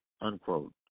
unquote